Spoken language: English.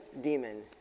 demon